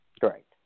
Correct